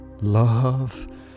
love